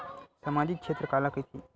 सामजिक क्षेत्र काला कइथे?